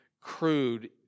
crude